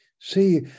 See